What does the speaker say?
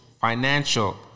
financial